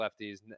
lefties